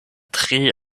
tre